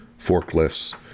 forklifts